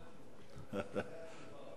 --- התשובה.